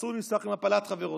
אסור לשמור במפלת חברו,